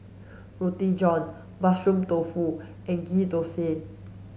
roti john mushroom tofu and ghee thosai